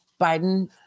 Biden